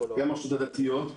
גם ברשתות הדתיות.